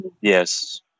Yes